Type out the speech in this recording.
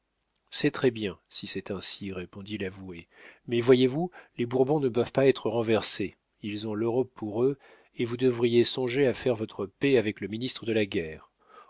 feu c'est très-bien si c'est ainsi répondit l'avoué mais voyez-vous les bourbons ne peuvent pas être renversés ils ont l'europe pour eux et vous devriez songer à faire votre paix avec le ministre de la guerre